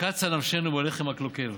קצה נפשנו בלחם הקלוקל,